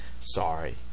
Sorry